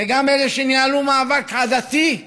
וגם אלה שניהלו מאבק עדתי.